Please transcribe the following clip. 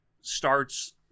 starts